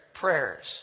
prayers